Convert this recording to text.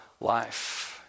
life